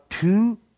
Two